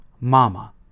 Mama